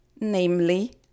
namely